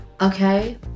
okay